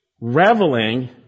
Reveling